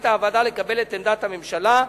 החליטה הוועדה לקבל את עמדת הממשלה,